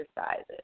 exercises